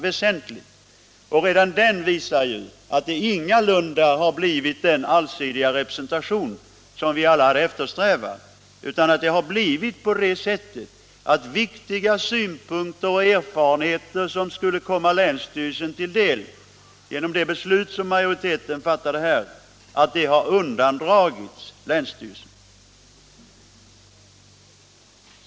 Men redan det visar ju att vi ingalunda har fått den allsidiga representation som vi alla hade eftersträvat, utan att det har blivit på det sättet att viktiga synpunkter och erfarenheter, som skulle komma länsstyrelserna till del genom det beslut som majoriteten fattade, här har undandragits länsstyrelserna.